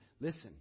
Listen